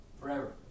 Forever